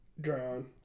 Drown